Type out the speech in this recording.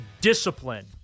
discipline –